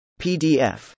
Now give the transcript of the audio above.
PDF